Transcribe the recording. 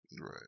Right